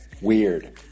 weird